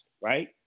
right